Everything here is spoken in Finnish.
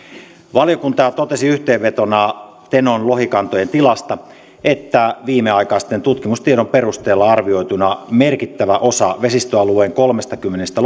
valiokunta totesi yhteenvetona tenon lohikantojen tilasta että viimeaikaisen tutkimustiedon perusteella arvioituna merkittävä osa vesistöalueen kolmestakymmenestä